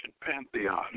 pantheon